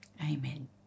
Amen